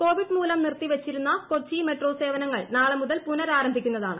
Covid മൂലം നിർത്തിവെച്ചിരുന്ന Kochi metro സേവനങ്ങൾ നാളെ മുതൽ പുനരാരംഭിക്കുന്നതാണ്